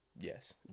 Yes